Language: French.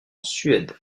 suède